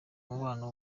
mubano